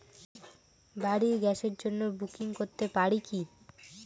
বাড়ির গ্যাসের জন্য বুকিং করতে পারি কি?